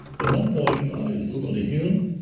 at one point, i stood on a hill,